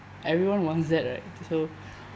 everyone wants that right so